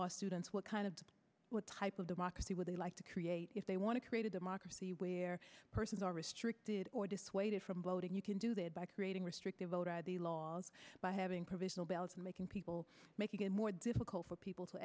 law students what kind of what type of democracy would they like to create if they want to create a democracy where persons are restricted or dissuaded from voting you can do that by creating restrictive voter id laws by having provisional ballots making people making it more difficult for people to